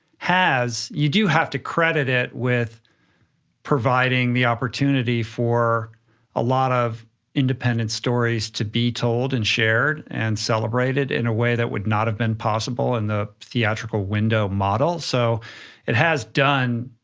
you do have to credit it with providing the opportunity for a lot of independent stories to be told and shared and celebrated in a way that would not have been possible in the theatrical window model. so it has done.